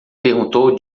perguntou